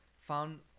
Found